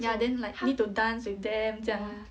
ya then like need to dance with them 这样